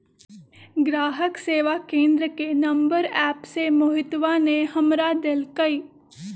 ग्राहक सेवा केंद्र के नंबर एप्प से मोहितवा ने हमरा देल कई